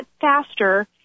faster